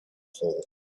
hole